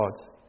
God